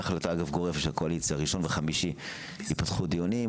תהיה החלטה גורפת של הקואליציה שבראשון וחמישי ייפתחו דיונים,